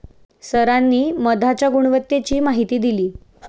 सरांनी मधाच्या गुणवत्तेची माहिती दिली